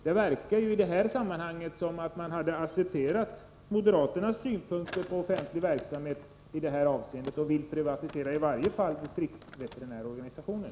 Det verkar som om man hade accepterat moderaternas synpunkter på offentlig verksamhet i det här avseendet och vill privatisera i varje fall distriktsveterinärorganisationen.